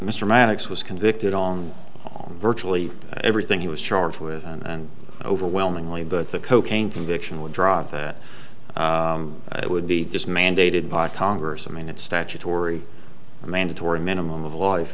mr maddox was convicted on virtually everything he was charged with and overwhelmingly but the cocaine conviction would drop that it would be just mandated by congress i mean it's statutory mandatory minimum of life